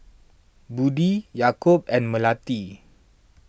Budi Yaakob and Melati